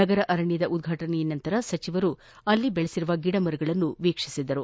ನಗರ ಅರಣ್ಣದ ಉದ್ಘಾಟನೆಯ ನಂತರ ಸಚಿವರು ಅಲ್ಲಿ ಬೆಳಸಿರುವ ಗಿಡ ಮರಗಳನ್ನು ವೀಕ್ಷಿಸಿದರು